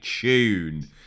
tune